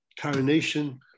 coronation